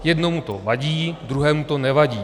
Jednomu to vadí, druhému to nevadí.